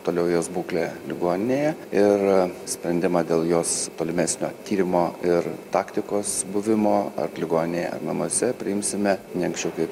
toliau jos būklė ligoninėje ir sprendimą dėl jos tolimesnio tyrimo ir taktikos buvimo ar ligoninėje ar namuose priimsime ne anksčiau kaip